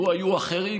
לו היו אחרים,